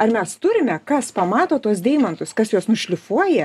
ar mes turime kas pamato tuos deimantus kas juos nušlifuoja